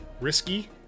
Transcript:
risky